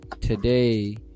today